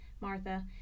Martha